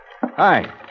Hi